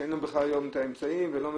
שאין לנו בכלל היום את האמצעים ולא מטפלים,